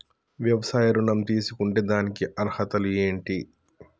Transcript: వ్యవసాయ ఋణం తీసుకుంటే దానికి అర్హతలు ఏంటి?